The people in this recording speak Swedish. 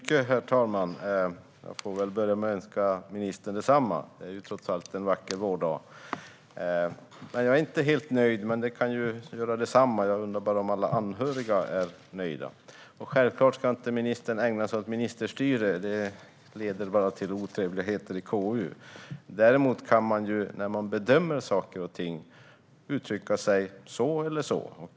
Herr talman! Jag får väl börja med att önska ministern densamma. Det är trots allt en vacker vårdag. Jag är inte helt nöjd, men det kan göra detsamma. Jag undrar bara om alla anhöriga är nöjda. Självklart ska ministern inte ägna sig åt ministerstyre. Det leder bara till otrevligheter i KU. Däremot kan man när man bedömer saker och ting uttrycka sig så eller så.